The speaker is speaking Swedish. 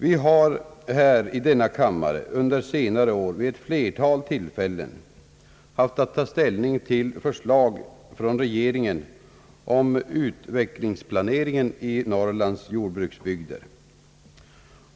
Vi har i denna kammare under senare år vid ett flertal tillfällen haft att ta ställning till förslag från regeringen om utvecklingsplaneringen i Norrlands jordbruksbygder.